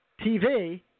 TV